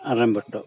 ಅದನ್ನ ಬಿಟ್ಟು